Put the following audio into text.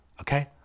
Okay